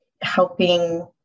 helping